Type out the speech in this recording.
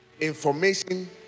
Information